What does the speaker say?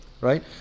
right